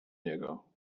niego